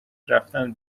رفتن